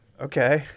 Okay